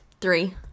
Three